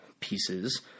pieces